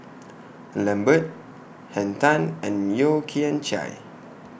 Lambert Henn Tan and Yeo Kian Chai